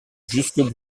jusque